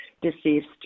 deceased